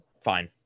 Fine